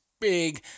big